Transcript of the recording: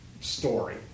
story